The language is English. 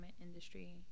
industry